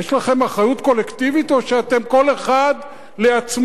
יש לכם אחריות קולקטיבית או שאתם כל אחד לעצמו,